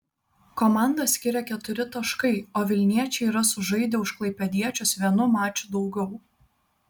komandas skiria keturi taškai o vilniečiai yra sužaidę už klaipėdiečius vienu maču daugiau